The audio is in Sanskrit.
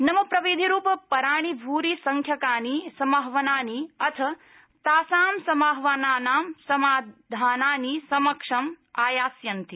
नव प्रविधिरूप पराणि भूरि संख्याकानि समाह्वानानि अथ तासां समाह्वानानां समाधानानि समक्षम् आयास्यन्ति